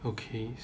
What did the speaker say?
okay